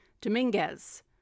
Dominguez